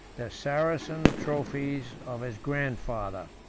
the saracen trophies of his grandfather.